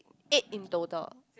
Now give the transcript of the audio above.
eight in total